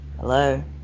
Hello